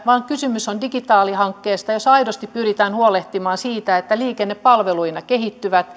vaan kysymys on digitaalihankkeesta jossa aidosti pyritään huolehtimaan siitä että liikenne palveluina kehittyy